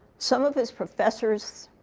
some of this professors,